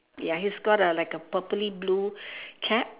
ya he's got like a purply blue cap